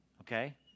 okay